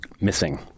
missing